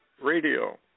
radio